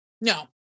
No